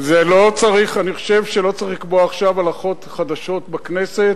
אני חושב שלא צריך לקבוע עכשיו הלכות חדשות בכנסת.